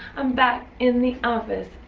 i'm back in the office,